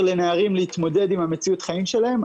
לנערים להתמודד עם מציאות החיים שלהם.